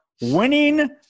winning